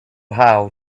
how